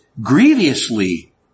grievously